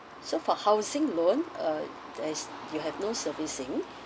so for housing loan uh uh you have no servicing